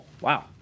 Wow